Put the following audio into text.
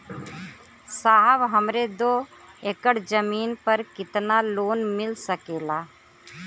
साहब हमरे दो एकड़ जमीन पर कितनालोन मिल सकेला?